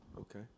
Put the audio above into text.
Okay